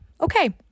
okay